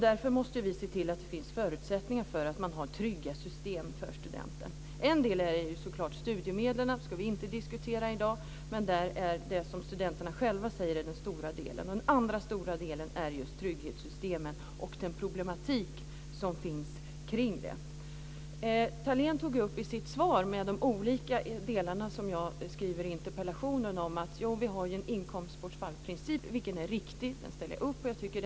Därför måste vi se till att det finns förutsättningar för att det finns trygghetssystem för studenten. En del är studiemedlen. De ska vi inte diskutera i dag, men studenterna säger själva att det är den stora delen. Den andra stora delen är trygghetssystemen och de problem som finns där. Thalén tog upp i sitt svar angående de olika delar jag talar om i min interpellation att det finns en inkomstbortfallsprincip. Den är riktig, och den ställer jag upp på.